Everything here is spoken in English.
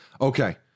Okay